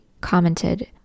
commented